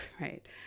Right